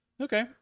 Okay